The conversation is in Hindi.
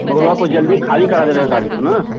मगर वहाँ पर जल्दी खाली करा देना गाड़ी को न